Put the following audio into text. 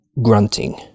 Grunting